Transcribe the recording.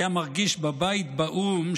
היה מרגיש בבית באו"ם,